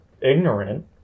ignorant